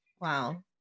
Wow